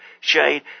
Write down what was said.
shade